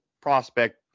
prospect